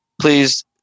Please